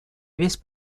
весь